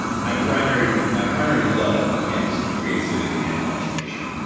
my primary my primary love is creativity and imagination,